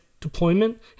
deployment